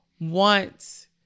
want